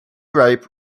ripe